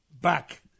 back